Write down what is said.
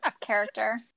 character